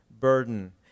burden